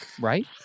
Right